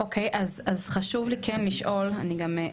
אוקי, אז חשוב לי כן לשאול, אני גם,